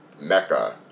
Mecca